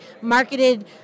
marketed